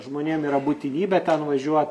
žmonėm yra būtinybė ten važiuot